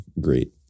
great